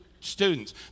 students